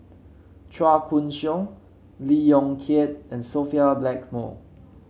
Chua Koon Siong Lee Yong Kiat and Sophia Blackmore